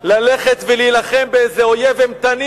ללכת ולהילחם באיזה אויב אימתני,